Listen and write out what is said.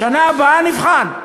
בשנה הבאה נבחן.